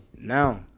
now